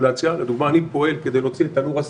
להגיד לאנשים שגם כל אחד יוודא שכל